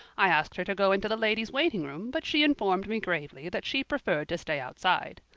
i asked her to go into the ladies' waiting room, but she informed me gravely that she preferred to stay outside.